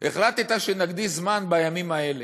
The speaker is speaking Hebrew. החלטת שנקדיש זמן בימים האלה,